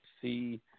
see –